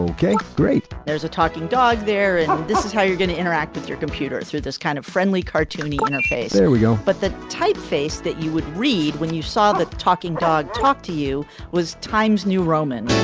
okay great. there's talking dog there and this is how you're going to interact with your computer through this kind of friendly cartoony interface. there we go. but the typeface that you would read when you saw the talking dog talk to you was times new roman